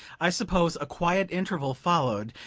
i suppose a quiet interval followed,